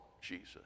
Jesus